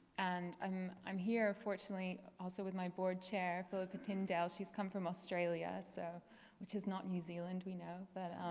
and i'm i'm here fortunately also with my board chair philippa tyndale, she's come from australia. so which is not new zealand we know but